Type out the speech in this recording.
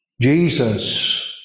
Jesus